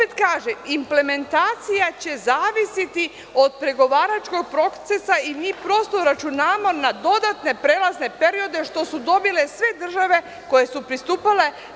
Implementacija će zavisti od pregovaračkog procesa i mi računamo na dodatne prelazne periode što su dobile sve države koje su pristupale EU.